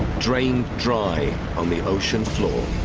drained dry on the ocean floor.